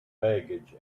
baggage